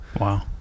wow